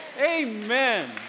Amen